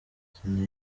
sena